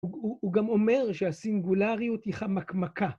‫הוא גם אומר שהסינגולריות היא חמקמקה.